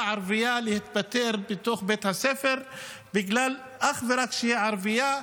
ערבייה להתפטר בתוך בית הספר אך ורק בגלל שהיא ערבייה,